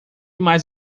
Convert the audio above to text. mais